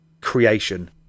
creation